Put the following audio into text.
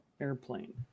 airplane